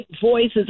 voices